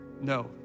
No